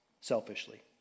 selfishly